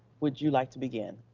would you like to begin?